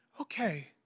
okay